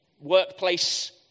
workplace